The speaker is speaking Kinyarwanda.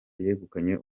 yegukanye